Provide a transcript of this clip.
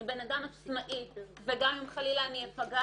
אני בן אדם עצמאי, וגם אם חלילה אני אפגע,